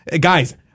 guys –